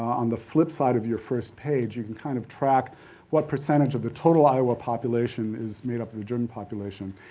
on the flip side of your first page, you can kind of track what percentage of the total iowa population is made up of the german population.